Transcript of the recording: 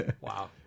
Wow